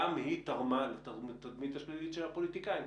גם היא תרמה לתדמית השלילית של הפוליטיקאים,